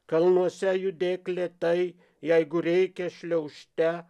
kalnuose judėk lėtai jeigu reikia šliaužte